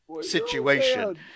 situation